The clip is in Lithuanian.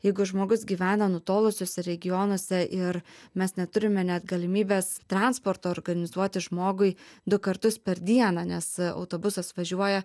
jeigu žmogus gyvena nutolusiuose regionuose ir mes neturime net galimybės transporto organizuoti žmogui du kartus per dieną nes autobusas važiuoja